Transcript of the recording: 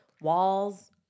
walls